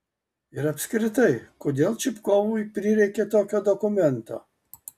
ir apskritai kodėl čupkovui prireikė tokio dokumento